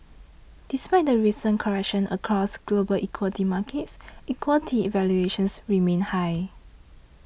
despite the recent correction across global equity markets equity valuations remain high